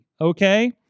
okay